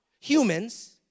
Humans